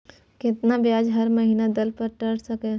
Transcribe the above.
केतना ब्याज हर महीना दल पर ट सर?